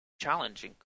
challenging